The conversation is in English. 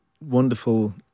wonderful